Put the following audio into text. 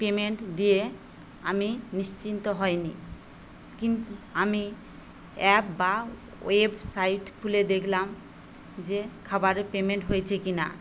payment দিয়ে আমি নিশ্চিন্ত হইনি কিন্তু আমি অ্যাপ বা ওয়েবসাইট খুলে দেখলাম যে খাবারে পেমেন্ট হয়েছে কি না